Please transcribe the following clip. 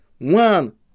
One